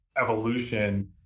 evolution